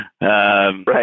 Right